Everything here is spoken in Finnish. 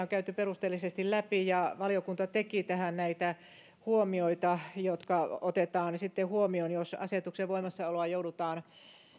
on käyty perusteellisesti läpi ja valiokunta teki tähän näitä huomioita jotka otetaan sitten huomioon jos asetuksen voimassaoloa joudutaan